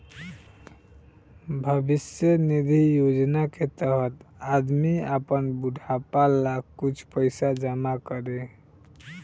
भविष्य निधि योजना के तहत आदमी आपन बुढ़ापा ला कुछ पइसा जमा करी